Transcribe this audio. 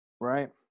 Right